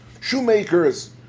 shoemakers